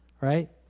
Right